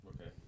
Okay